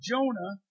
Jonah